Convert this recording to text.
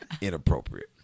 inappropriate